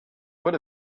would